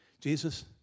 Jesus